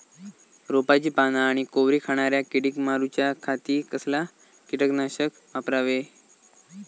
रोपाची पाना आनी कोवरी खाणाऱ्या किडीक मारूच्या खाती कसला किटकनाशक वापरावे?